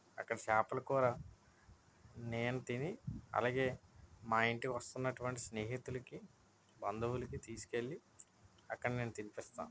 అక్కడ చేపల కూర నేను తిని అలాగే మా ఇంటికి వస్తున్నటువంటి స్నేహితులకి బంధువులకి తీసుకువెళ్ళి అక్కడ నేను తినిపిస్తాను